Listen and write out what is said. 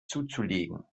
zuzulegen